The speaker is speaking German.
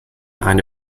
eine